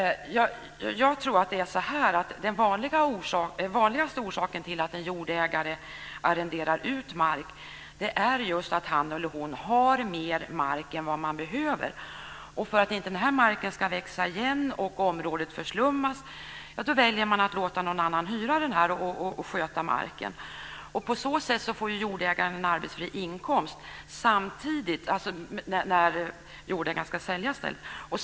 Jag tror att det är så att den vanligaste orsaken till att en jordägare arrenderar ut mark är att han eller hon har mer mark än vad man behöver. För att inte den här marken ska växa igen och området förslummas väljer man att låta någon annan hyra och sköta marken. På så sätt får jordägaren en arbetsfri inkomst när stället ska säljas.